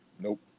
nope